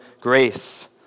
grace